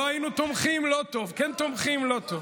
אם לא היינו תומכים, לא טוב, כן תומכים, לא טוב.